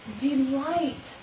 delight